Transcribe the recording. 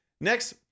next